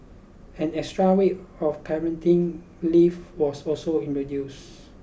an extra week of parenting leave was also introduced